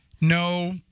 No